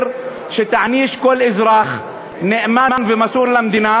שיעניש כל אזרח נאמן ומסור למדינה,